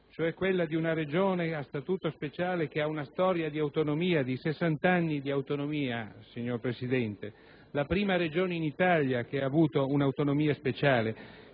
cioè quella di una Regione a Statuto speciale che ha una storia di autonomia, sessanta anni di autonomia, signor Presidente: la prima Regione in Italia che ha avuto un'autonomia speciale.